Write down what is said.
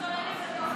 צוללים לתוך הלילה,